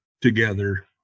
together